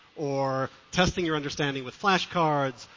or testing your understanding with flash cards,